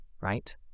right